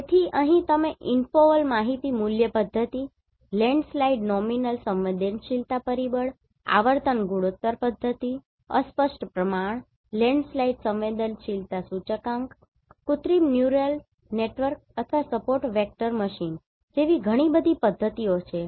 તેથી અહીં તમે ઇન્ફોવલ માહિતી મૂલ્ય પદ્ધતિ લેન્ડસ્લાઇડ નોમિનલ સંવેદનશીલતા પરિબળ આવર્તન ગુણોત્તર પદ્ધતિ અસ્પષ્ટ પ્રમાણ લેન્ડસ્લાઇડ સંવેદનશીલતા સૂચકાંક કૃત્રિમ ન્યુરલ નેટવર્ક અથવા સપોર્ટ વેક્ટર મશીન જેવી ઘણી બધી પદ્ધતિઓ છે